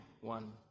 one